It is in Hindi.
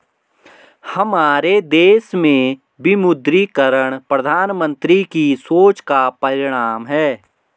हमारे देश में विमुद्रीकरण प्रधानमन्त्री की सोच का परिणाम है